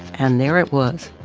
and there at once,